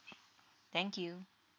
thank you